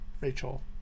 Rachel